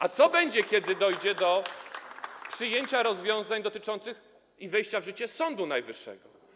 A co będzie, kiedy dojdzie do przyjęcia rozwiązań dotyczących wejścia w życie Sądu Najwyższego?